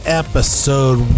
episode